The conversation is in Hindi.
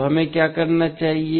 तो हमें क्या करना चाहिए